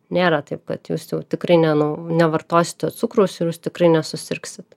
nėra taip kad jūs jau tikrai nenau nevartosite cukraus ir jūs tikrai nesusirgsit